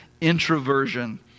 introversion